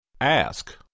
Ask